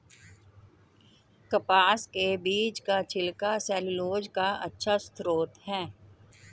कपास के बीज का छिलका सैलूलोज का अच्छा स्रोत है